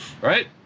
Right